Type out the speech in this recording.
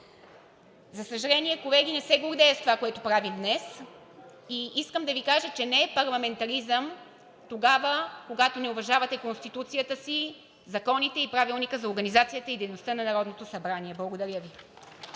За съжаление, колеги, не се гордея с това, което правим днес. Искам да Ви кажа, че не е парламентаризъм тогава, когато не уважавате Конституцията си, законите и Правилника за организацията и